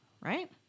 right